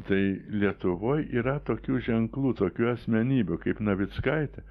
tai lietuvoj yra tokių ženklų tokių asmenybių kaip navickaitė